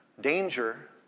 danger